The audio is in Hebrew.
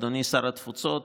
אדוני שר התפוצות,